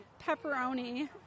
pepperoni